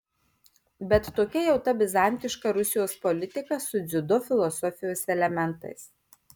bet tokia jau ta bizantiška rusijos politika su dziudo filosofijos elementais